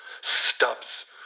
stubs